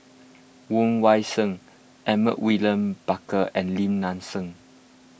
Woon Wah Siang Edmund William Barker and Lim Nang Seng